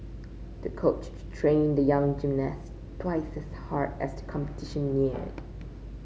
the coach trained the young gymnast twice as hard as the competition neared